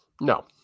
No